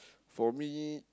for me